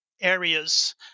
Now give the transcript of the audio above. areas